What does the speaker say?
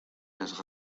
las